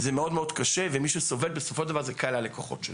זה מאוד-מאוד קשה ומי שסובל בסופו של דבר זה קהל הלקוחות שלנו.